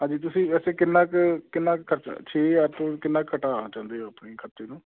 ਹਾਂਜੀ ਤੁਸੀਂ ਵੈਸੇ ਕਿੰਨਾ ਕੁ ਕਿੰਨਾ ਕ ਖਰਚਾ ਛੇ ਹਜ਼ਾਰ ਚੋਂ ਕਿੰਨਾ ਘਟਾਉਣਾ ਚਾਹੁੰਦੇ ਹੋ ਆਪਣੇ ਖਰਚੇ ਨੂੰ